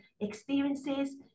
experiences